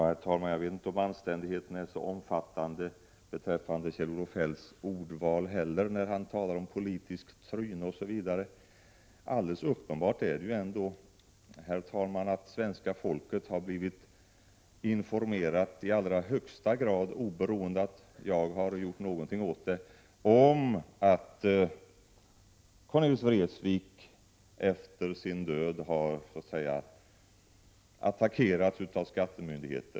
Herr talman! Jag vet inte om anständigheten är så omfattande beträffande Kjell-Olof Feldts ordval, när han talar om politiskt tryne osv. Det är helt uppenbart, herr talman, att svenska folket har blivit informerat 27 november 1987 i allra högsta grad, oberoende av om jag har gjort någonting åt det, om att Cornelis Vreeswijk efter sin död har attackerats av skattemyndigheten.